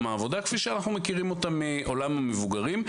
העבודה כפי שאנחנו מכירים אותם מעולם המבוגרים.